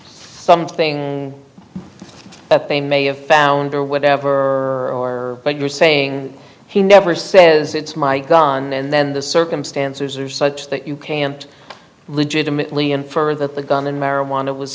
something that they may have found or whatever or what you're saying he never says it's my gun and then the circumstances are such that you can't legitimately infer that the gun in marijuana was